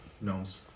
gnomes